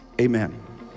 Amen